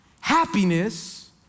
Happiness